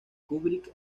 kubrick